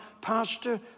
Pastor